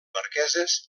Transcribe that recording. marqueses